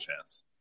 chance